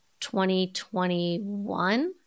2021